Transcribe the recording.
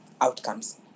outcomes